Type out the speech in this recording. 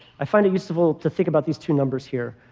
i find it useful to think about these two numbers here.